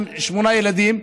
אישה עם שמונה ילדים,